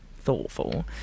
thoughtful